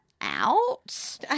Out